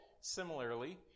similarly